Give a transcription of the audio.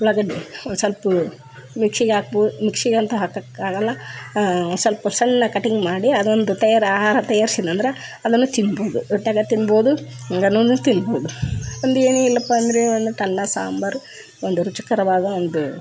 ಉಳಾಗಡ್ಡಿ ಒಂದು ಸ್ವಲ್ಪ್ ಮಿಕ್ಸಿಗೆ ಹಾಕ್ಬು ಮಿಕ್ಸಿಗ್ ಅಂತ ಹಾಕೋಕ್ ಆಗೋಲ್ಲ ಸ್ವಲ್ಪ ಸಣ್ಣಗೆ ಕಟ್ಟಿಂಗ್ ಮಾಡಿ ಅದೊಂದು ತಯಾರು ಆಹಾರ ತಯಾರ್ಸೀನ್ ಅಂದ್ರೆ ಅದನ್ನು ತಿನ್ಬೋದು ರೊಟ್ಯಾಗ ತಿನ್ಬೋದು ತಿನ್ಬೋದು ಒಂದು ಏನಿಲ್ಲಪ್ಪ ಅಂದರೆ ಒಂದೀಟ್ ಅನ್ನ ಸಾಂಬಾರ್ ಒಂದು ರುಚಿಕರವಾದ ಒಂದು